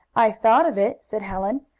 i thought of it, said helen,